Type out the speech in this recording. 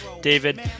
David